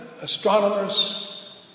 astronomers